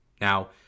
Now